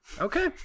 Okay